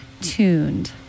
tuned